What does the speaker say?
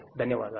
ధన్యవాదాలు